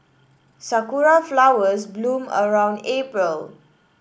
sakura flowers bloom around April